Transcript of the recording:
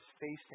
facing